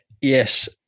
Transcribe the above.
Yes